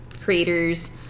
creators